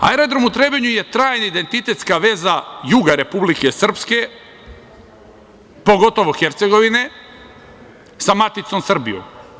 Aerodrom u Trebinju je trajna identitetska veza juga Republike Srpske, pogotovo Hercegovine sa maticom Srbijom.